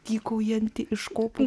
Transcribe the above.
tykojantį iš kopų